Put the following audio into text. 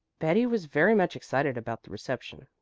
betty was very much excited about the reception,